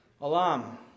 Alam